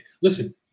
Listen